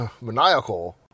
maniacal